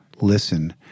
listen